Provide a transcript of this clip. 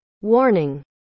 Warning